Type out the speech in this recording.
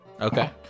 Okay